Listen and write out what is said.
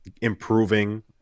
improving